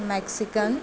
Mexican